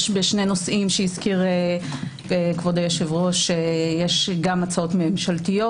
יש בשני נושאים שהזכיר כבוד היושב-ראש גם הצעות ממשלתיות,